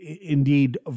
Indeed